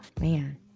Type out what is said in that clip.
man